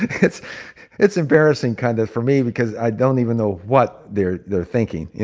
it's it's embarrassing kind of for me because i don't even know what they're they're thinking.